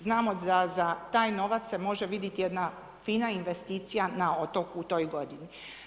Znamo da za taj novac se može vidjeti jedna fina investicija na otoku u toj godini.